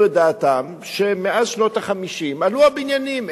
את דעתם שמאז שנות ה-50 עלו הבניינים,